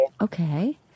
Okay